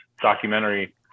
documentary